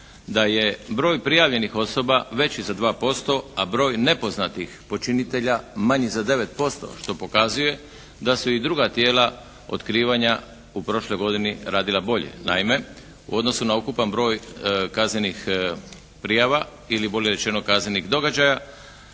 da je broj prijavljenih osoba veći za 2% a broj nepoznatih počinitelja manji za 9% što pokazuje da su i druga tijela otkrivanja u prošloj godini radila bolje. Naime, u odnosu na ukupan broj kaznenih prijava ili bolje rečeno kaznenih događaja